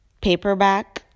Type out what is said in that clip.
paperback